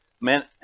Men